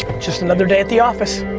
just another day at the office.